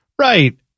Right